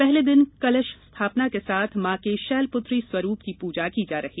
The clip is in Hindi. पहले दिन कलश स्थापना के साथ मां के शैलपुत्री स्वरूप की पूजा की जाएगी